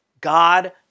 God